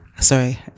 Sorry